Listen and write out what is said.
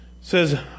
says